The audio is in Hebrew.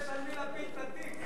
טוב שיש על מי להפיל את התיק.